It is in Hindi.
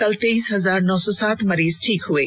कल तेईस हजार नौ सौ सात मरीज ठीक हए है